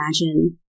imagine